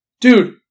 Dude